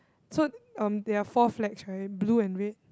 so um there are four flags right blue and red